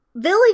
Billy